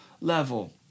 level